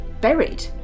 buried